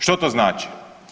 Što to znači?